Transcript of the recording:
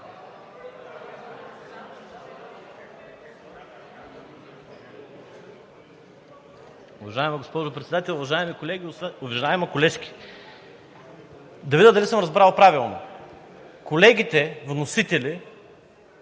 Уважаема госпожо Председател, уважаема колежке! Да видя дали съм разбрал правилно. Колегите вносители